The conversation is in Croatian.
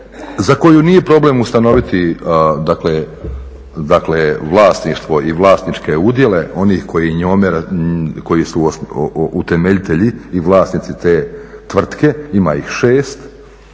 za koju nije problem ustanoviti dakle vlasništvo i vlasničke udjele onih koji njome, koji su utemeljitelji i vlasnici te tvrtke, ima ih 6